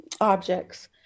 objects